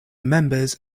members